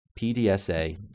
PDSA